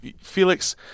Felix